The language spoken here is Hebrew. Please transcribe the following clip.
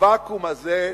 הוואקום הזה,